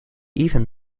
even